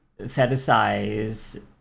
fetishize